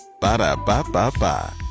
Ba-da-ba-ba-ba